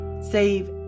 save